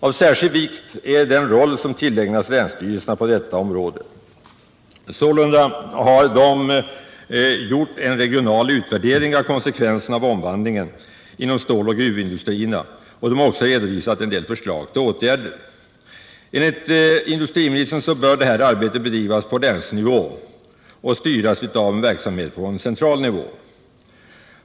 Av särskild vikt är den roll som på detta område tillägnats länsstyrelserna. Sålunda har dessa gjort en regional utvärdering av konsekvenserna av omvandlingen inom ståloch gruvindustrierna och även redovisat vissa förslag till åtgärder. Arbetet bör enligt industriministern bedrivas på länsnivå och styras av verksamhet på central nivå.